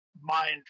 mind